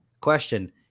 Question